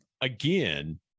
again